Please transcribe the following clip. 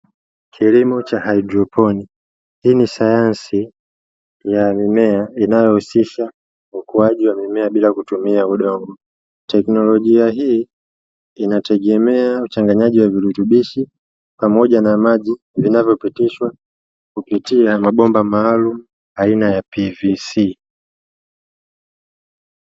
Kilimo cha haidroponi. Hii ni sayansi ya kilimo cha mimea inayohusisha ukuaji wa mimea bila kutumia udongo. Teknolojia hii inategemea uchanganyaji wa virutubisho pamoja na maji vinavyopitishwa kupitia mabomba maalumu aina ya PVC.